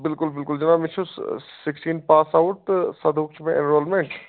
بِلکُل بِلکُل جِناب بہٕ چھُس سِکسٹیٖن پاس آوُٹ تہٕ ستوٚوُہ چھُ مےٚ اینرولمینٛٹ